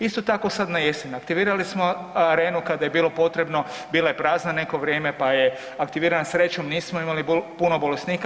Isto tako sad na jesen, aktivirali smo Arenu kada je bilo potrebno, bila je prazna neko vrijeme, pa je aktivirana, srećom nismo imali puno bolesnika.